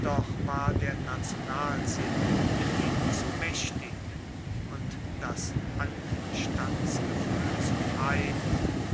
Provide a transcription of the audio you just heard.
doch war der nationalsinn in ihnen zu mächtig und das anstandsgefühl zu fein